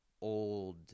old